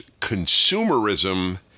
consumerism